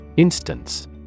Instance